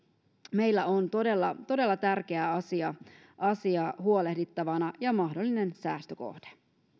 meillä on todella todella tärkeä asia huolehdittavana ja mahdollinen säästökohde